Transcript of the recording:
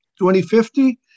2050